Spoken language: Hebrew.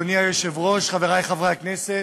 אדוני היושב-ראש, חברי חברי הכנסת,